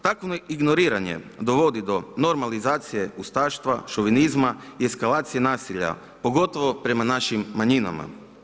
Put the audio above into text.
Takvo ignoriranje dovodi do normalizacije ustaštva, šovinizma i ekskavacije nasilja, pogotovo prema našim manjinama.